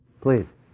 Please